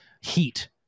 heat